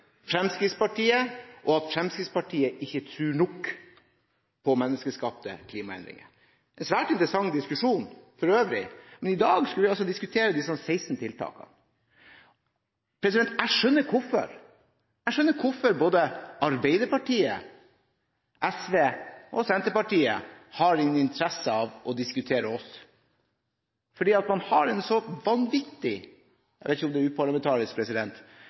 Fremskrittspartiet, og at Fremskrittspartiet ikke tror nok på menneskeskapte klimaendringer. Det er for øvrig en svært interessant diskusjon, men i dag skulle vi altså diskutere disse 16 tiltakene. Jeg skjønner hvorfor både Arbeiderpartiet, SV og Senterpartiet har en interesse av å diskutere oss, for de har en så vanvittig – jeg vet ikke om det er uparlamentarisk, president